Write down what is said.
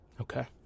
Okay